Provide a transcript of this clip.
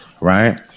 right